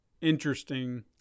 interesting